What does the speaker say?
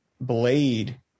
blade